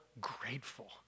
grateful